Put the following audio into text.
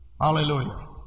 Hallelujah